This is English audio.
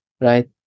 right